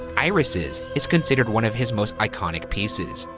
irises is considered one of his most iconic pieces.